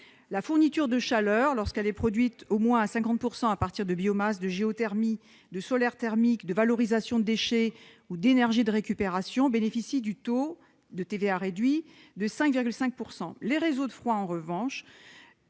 La fourniture de chaleur, lorsqu'elle est produite au moins à 50 % à partir de biomasse, de géothermie, de solaire thermique, de valorisation de déchets ou d'énergie de récupération, bénéficie du taux de TVA réduit de 5,5 %. Les réseaux de froid en revanche